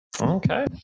Okay